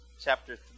chapter